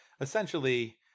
essentially